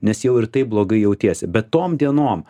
nes jau ir taip blogai jautiesi bet tom dienom